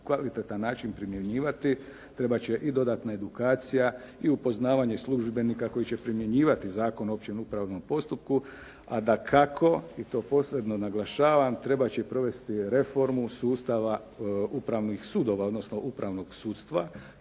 kvalitetan način primjenjivati, trebat će i dodatna edukacija i upoznavanje službenika koji će primjenjivati Zakon o opće upravnom postupku, a dakako i to posebno naglašavam trebat će provesti reformu sustava upravnih sudova, odnosno upravnog sudstva